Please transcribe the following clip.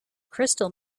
crystal